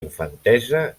infantesa